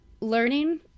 learning